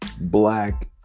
black